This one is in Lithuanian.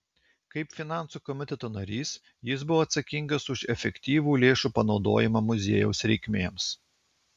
kaip finansų komiteto narys jis buvo atsakingas už efektyvų lėšų panaudojimą muziejaus reikmėms